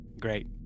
great